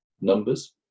numbers